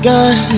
God